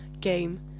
game